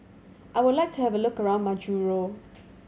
I would like to have a look around Majuro